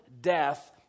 death